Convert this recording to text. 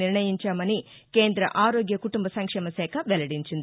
నిర్ణయించామని కేంద్ర ఆరోగ్య కుటుంబ సంక్షేమ శాఖ వెల్లడించింది